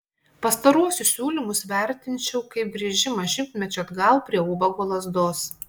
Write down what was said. pastaruosius siūlymus vertinčiau kaip grįžimą šimtmečiu atgal prie ubago lazdos